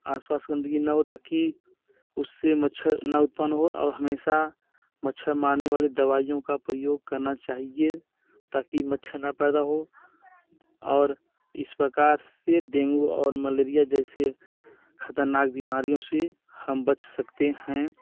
आस पास गंदगी ना हो ताकि उससे मच्छर ना उत्पन्न हो और हमेशा मच्छर मारने वाली दवाइयों का प्रयोग करना चाहिए ताकि मच्छर ना पैदा हो और इस प्रकार से डेंगू और मलेरिया जैसी ख़तरनाक बीमारियों से हम बच सकते हैं